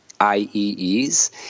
iees